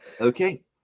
Okay